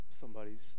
somebody's